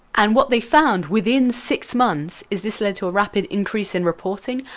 and what they found within six months is this led to a rapid increase in reporting,